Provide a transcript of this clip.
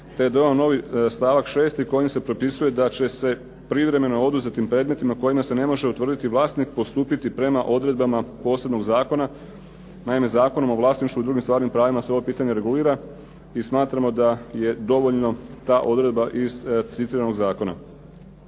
je dodan novi stavak 6. kojim se propisuje da će se privremeno oduzetim predmetima kojima se ne može utvrditi vlasnik postupiti prema odredbama posebnog zakona. Naime, Zakonom o vlasništvu i drugim stvarnim pravima se ovo pitanje regulira i smatramo da je dovoljna ta odredba iz citiranog zakona.